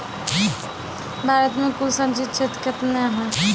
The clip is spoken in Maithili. भारत मे कुल संचित क्षेत्र कितने हैं?